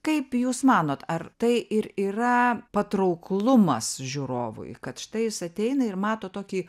kaip jūs manot ar tai ir yra patrauklumas žiūrovui kad štai jis ateina ir mato tokį